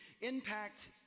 Impact